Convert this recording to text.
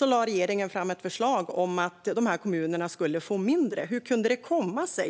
lade regeringen fram ett förslag om att de här kommunerna skulle få mindre. Hur kunde det komma sig?